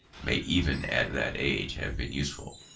may even at that age have been useful.